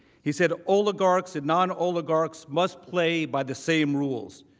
he said oligarchs and non-oligarchs must play by the same rules.